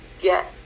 get